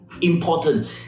important